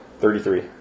thirty-three